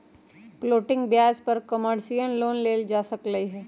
floating ब्याज पर commercial loan लेल जा सकलई ह